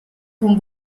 con